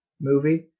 movie